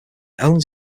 owns